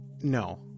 No